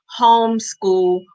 homeschool